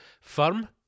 Firm